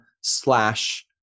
slash